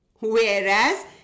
Whereas